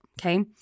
Okay